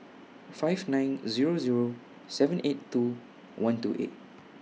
five nine Zero Zero seven eight two one two eight